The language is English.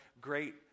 great